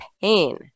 pain